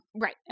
Right